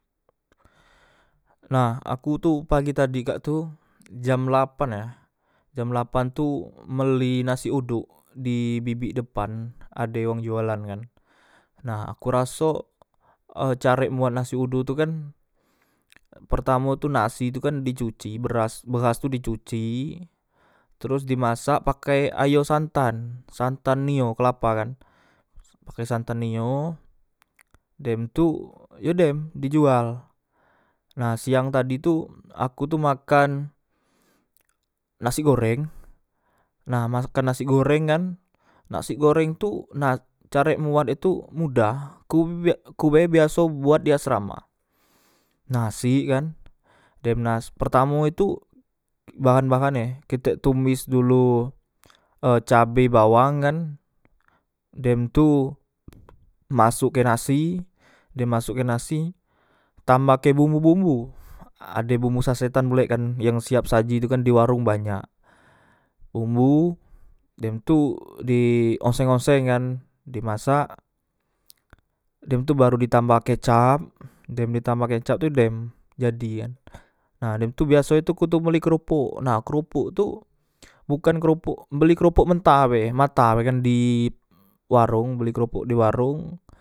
Nah aku tu pagi tadi kak tu jam lapan yea jam lapan tu beli nasi odok di bibik depan ade wong jualan kan nah aku raso e carek buat nasi odok tu kan pertamo tu nasitukan di cuci beras beras tu di cuci teros dimasak pake ayo santan santan nio kelapa kan pakai santan nio dem tu yo dem di jual nah siang tadi tu aku tu makan nasi goreng nah makan nasi goreng kan nasik goreng tu na carek buat e tu mudah kum b ku be biaso buat di asrama nasik kan dem nas pertamo e tu nahan bahane kite tumes dulu e cabe bawang kan dem tu masukke nasi dem masokke nasi tambahke bumbu bumbu a ade bumbu sasetan pulek tu kan yang siap saji di warong banyak bumbu dem tu e di oseng oseng kan di masak dem tu baru ditamba kecap dem ditambah kecap tu dem jadi kan nah dem tu biasoe ku tu ku beli kropok nah kropok tu bukan kropok beli kropok mentah be mata be di warong beli kropok di warong